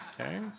Okay